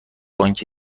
بانک